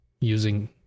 using